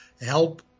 help